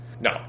No